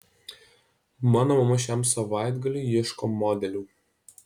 mano mama šiam savaitgaliui ieško modelių